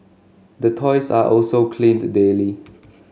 the toys are also cleaned daily